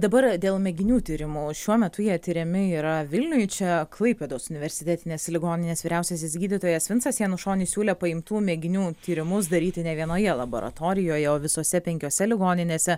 dabar dėl mėginių tyrimų šiuo metu jie tiriami yra vilniuj čia klaipėdos universitetinės ligoninės vyriausiasis gydytojas vincas janušonis siūlė paimt tų mėginių tyrimus daryti ne vienoje laboratorijoje o visose penkiose ligoninėse